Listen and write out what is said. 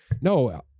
No